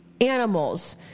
animals